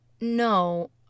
No